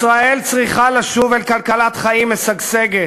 ישראל צריכה לשוב אל כלכלת חיים משגשגת,